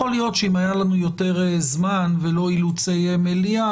יכול להיות שאם היה לנו יותר זמן ולא אילוצי מליאה,